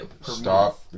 stop